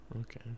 okay